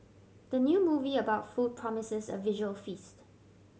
the new movie about food promises a visual feast